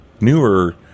newer